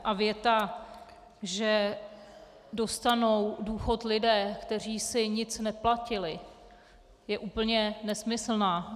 A věta, že dostanou důchod lidé, kteří si nic neplatili, je úplně nesmyslná.